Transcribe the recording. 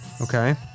Okay